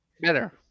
Better